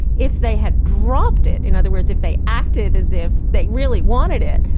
if they had dropped it, in other words if they acted as if they really wanted it,